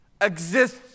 exists